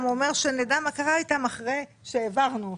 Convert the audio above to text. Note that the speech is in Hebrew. הוא אומר שנדע מה קרה איתם אחרי שהעברנו אותם?